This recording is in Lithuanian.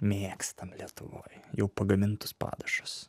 mėgstam lietuvoj jau pagamintus padažus